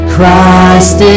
Christ